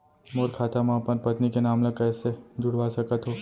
मोर खाता म अपन पत्नी के नाम ल कैसे जुड़वा सकत हो?